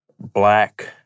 black